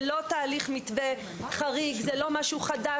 זה לא תהליך מתווה חריג, זה לא משהו חדש.